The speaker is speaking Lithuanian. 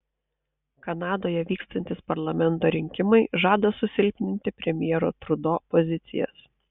kanadoje vykstantys parlamento rinkimai žada susilpninti premjero trudo pozicijas